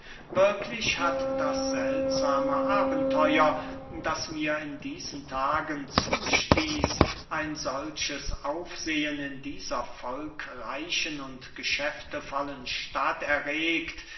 wirklich hat das seltsame abenteuer das mir in diesen tagen zustieß ein solches aufsehen in dieser volkreichen und geschäftvollen stadt erregt